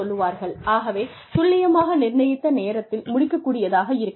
ஆகவே துல்லியமாக நிர்ணயித்த நேரத்தில் முடிக்கக் கூடியதாக இருக்க வேண்டும்